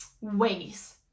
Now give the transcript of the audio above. ways